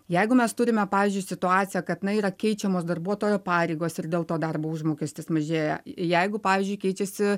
jeigu mes turime pavyzdžiui situaciją kad na yra keičiamos darbuotojo pareigos ir dėl to darbo užmokestis mažėja jeigu pavyzdžiui keičiasi